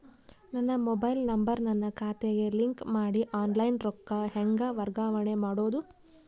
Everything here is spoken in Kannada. ನನ್ನ ಮೊಬೈಲ್ ನಂಬರ್ ನನ್ನ ಖಾತೆಗೆ ಲಿಂಕ್ ಮಾಡಿ ಆನ್ಲೈನ್ ರೊಕ್ಕ ಹೆಂಗ ವರ್ಗಾವಣೆ ಮಾಡೋದು?